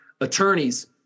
Attorneys